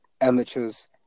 amateurs